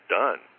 done